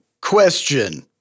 question